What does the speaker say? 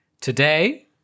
Today